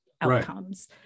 outcomes